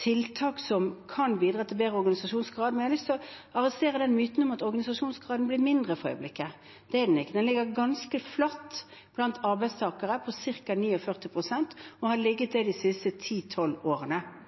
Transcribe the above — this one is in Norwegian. tiltak som kan bidra til bedre organisasjonsgrad. Men jeg har lyst å arrestere myten om at organisasjonsgraden blir lavere for øyeblikket. Det gjør den ikke. Den ligger ganske flatt blant arbeidstakerne, på ca. 49 pst., og har ligget der de siste 10–12 årene.